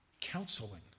counseling